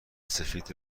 سفید